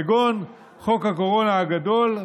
כגון חוק הקורונה הגדול,